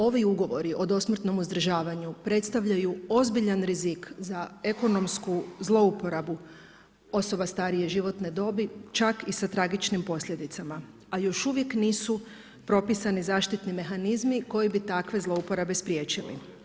Ovi ugovori o dosmrtnom uzdržavanju predstavljaju ozbiljan rizik za ekonomsku zlouporabu osoba starije životne dobi čak i sa tragičnim posljedicama, a još uvijek nisu propisani zaštitni mehanizmi koji bi takve zlouporabe spriječili.